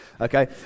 Okay